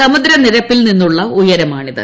സമുദ്രനിരപ്പിൽ നിന്നുള്ള ഉയരമാണിത്